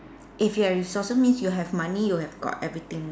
if you have resources means you have money you have got everything